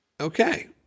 Okay